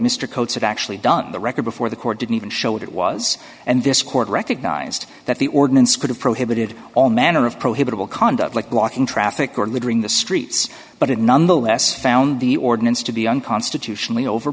mr coats had actually done the record before the court didn't even show that it was and this court recognized that the ordinance could have prohibited all manner of prohibited conduct like walking traffic or littering the streets but it nonetheless found the ordinance to be unconstitutionally over